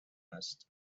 است